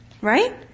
right